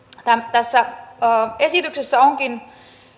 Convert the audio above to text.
tässä esityksessä onkin